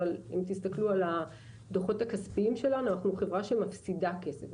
אבל אם תסתכלו על הדו"חות הכספיים שלנו אנחנו חברה שמפסידה כסף.